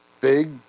big